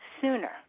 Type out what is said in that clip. sooner